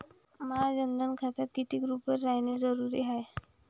माह्या जनधन खात्यात कितीक रूपे रायने जरुरी हाय?